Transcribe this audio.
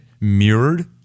mirrored